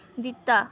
ਦਿੱਤਾ